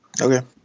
Okay